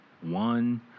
one